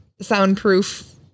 soundproof